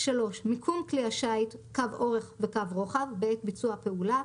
מיקום כלי השיט (קו אורך וקו רוחב) בעת ביצוע הפעולה,